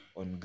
on